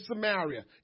Samaria